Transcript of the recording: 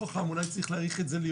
לקראת הדיון היום